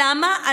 למה?